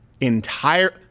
entire—